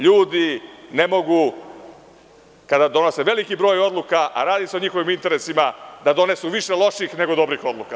Ljudi ne mogu kada donose veliki broj odluka, a radi se o njihovim interesima, da donesu više loših nego dobrih odluka.